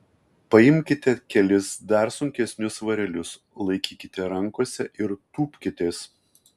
paimkite kelis dar sunkesnius svarelius laikykite rankose ir tūpkitės